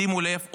שימו לב,